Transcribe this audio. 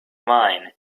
mine